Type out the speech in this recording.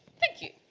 thank you!